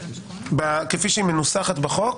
כפי שהיא מנוסחת בחוק,